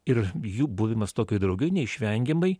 ir jų buvimas tokioj draugijoj neišvengiamai